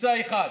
ביצה אחת.